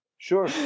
Sure